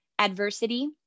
adversity